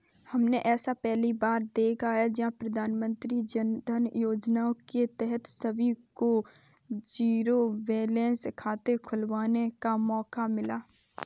हमने ऐसा पहली बार देखा है जब प्रधानमन्त्री जनधन योजना के तहत सभी को जीरो बैलेंस खाते खुलवाने का मौका मिला